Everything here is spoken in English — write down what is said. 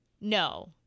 No